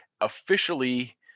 officially